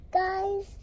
guys